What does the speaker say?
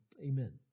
amen